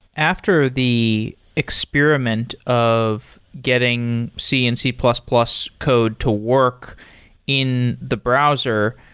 after the experiment of getting c and c plus plus code to work in the browser,